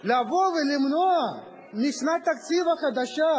לבוא ולמנוע משנת התקציב החדשה,